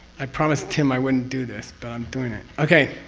i promised tim i wouldn't do this, but i'm doing it, okay.